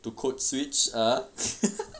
to code switch ah